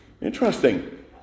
Interesting